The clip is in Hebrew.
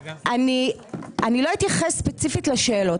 אני לא אתייחס ספציפית לשאלות,